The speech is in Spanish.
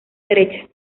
derecha